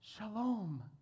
Shalom